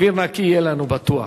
אוויר נקי יהיה לנו בטוח.